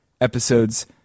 episodes